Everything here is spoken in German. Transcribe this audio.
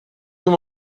dem